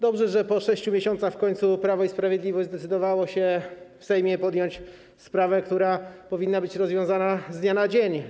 Dobrze, że po 6 miesiącach w końcu Prawo i Sprawiedliwość zdecydowało się w Sejmie podjąć sprawę, która powinna być rozwiązana z dnia na dzień.